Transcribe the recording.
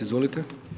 Izvolite.